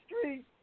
street